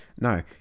No